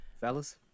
fellas